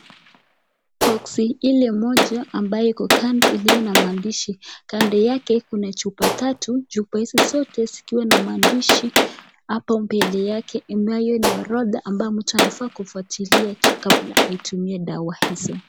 Boxy ile moja ambayo iko kando iliyo na maandishi, kando yake kuna chupa tatu, chupa hizi zote zikiwa na maandishi hapo mbele yake inayo orodha ambayo mtu anaweza kufuatilia kabla azitumie dawa hizo.